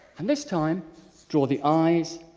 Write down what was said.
and this time draw the eyes,